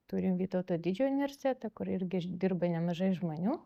turim vytauto didžiojo universitetą kur irgi dirba nemažai žmonių